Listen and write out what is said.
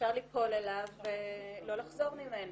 שאפשר ליפול אליו ולא לחזור ממנו,